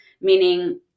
meaning